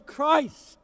Christ